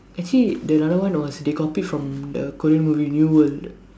actually the another one was they copy from the Korean movie new world